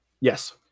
Yes